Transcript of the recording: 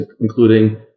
including